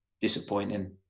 disappointing